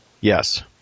Yes